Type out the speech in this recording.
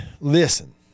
listen